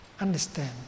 understand